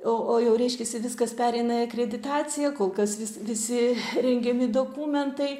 o o jau reiškiasi viskas pereina į akreditaciją kol kas vis visi rengiami dokumentai